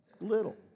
little